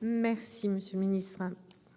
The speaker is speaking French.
Merci, monsieur le Ministre,